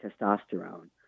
testosterone